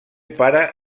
pare